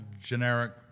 generic